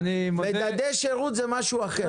מדדי שירות זה משהו אחר.